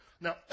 Now